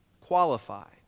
Qualified